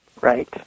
right